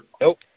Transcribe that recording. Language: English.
Nope